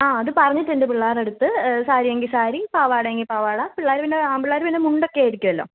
ആ അത് പറഞ്ഞിട്ടുണ്ട് പിള്ളേരുടെ അടുത്ത് സാരി എങ്കിൽ സാരി പാവാട എങ്കിൽ പാവാട പിള്ളേർ പിന്നെ ആൺപിള്ളേർ പിന്നെ മുണ്ടൊക്കെ ആയിരിക്കുമല്ലോ